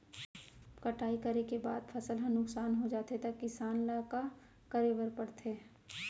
कटाई करे के बाद फसल ह नुकसान हो जाथे त किसान ल का करे बर पढ़थे?